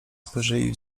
spojrzeli